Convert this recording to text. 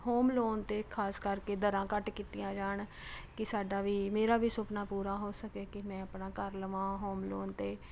ਹੋਨ ਲੋਨ 'ਤੇ ਖ਼ਾਸ ਕਰਕੇ ਦਰਾਂ ਘੱਟ ਕੀਤੀਆਂ ਜਾਣ ਕਿ ਸਾਡਾ ਵੀ ਮੇਰਾ ਵੀ ਸੁਪਨਾ ਪੂਰਾ ਹੋ ਸਕੇ ਕਿ ਮੈਂ ਆਪਣਾ ਘਰ ਲਵਾਂ ਹੋਮ ਲੋਨ 'ਤੇ